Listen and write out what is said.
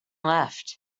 left